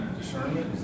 Discernment